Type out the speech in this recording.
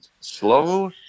Slow